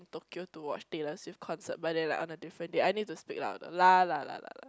Tokyo to watch Taylor Swift concert but then like on a different day I need to speak louder